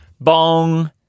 Bong